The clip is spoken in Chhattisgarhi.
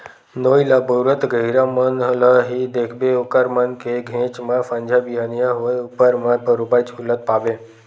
नोई ल बउरत गहिरा मन ल ही देखबे ओखर मन के घेंच म संझा बिहनियां होय ऊपर म बरोबर झुलत पाबे